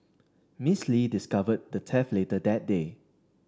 Miss Lee discovered the theft later that day